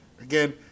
again